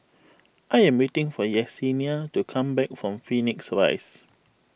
I am waiting for Yesenia to come back from Phoenix Rise